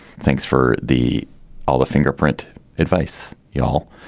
thanks for the all the fingerprint advice yeah all.